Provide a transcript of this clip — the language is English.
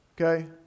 Okay